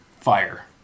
fire